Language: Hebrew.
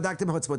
בדקתם Hot spots,